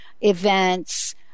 events